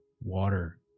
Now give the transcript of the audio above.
water